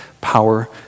power